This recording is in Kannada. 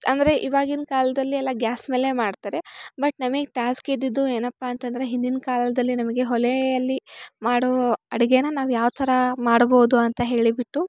ಅಂದರೆ ಇವಾಗಿನ ಕಾಲದಲ್ಲಿ ಎಲ್ಲ ಗ್ಯಾಸ್ ಮೇಲೆ ಮಾಡ್ತಾರೆ ಬಟ್ ನಮಗೆ ಟಾಸ್ಕ್ ಇದ್ದಿದ್ದು ಏನಪ್ಪ ಅಂತಂದರೆ ಹಿಂದಿನ ಕಾಲದಲ್ಲಿ ನಮಗೆ ಒಲೆಯಲ್ಲಿ ಮಾಡೋ ಅಡಿಗೆ ನಾವು ಯಾವ ಥರ ಮಾಡ್ಬೋದು ಅಂತ ಹೇಳಿ ಬಿಟ್ಟು